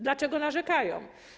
Dlaczego narzekają?